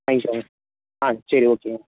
வாங்கிக்கோங்க ஆ சரி ஓகேங்க